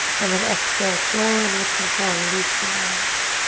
and then exhale, slow and with control release the arms.